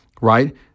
Right